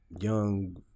young